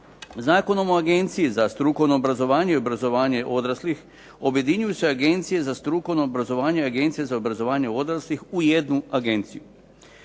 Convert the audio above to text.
Zakonom o Agenciji za strukovno obrazovanje i obrazovanje odraslih objedinjuju se Agencija za strukovno obrazovanje i Agencija za obrazovanje odraslih u jednu agenciju